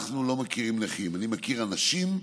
אנחנו לא מכירים נכים, אני מכיר אנשים,